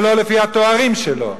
ולא לפי התארים שלו,